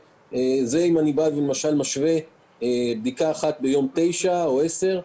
וזה אם אני משווה בין בדיקה אחת ביום 9 או 10,